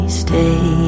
stay